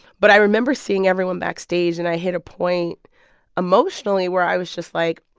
but i remember seeing everyone backstage. and i hit a point emotionally where i was just like,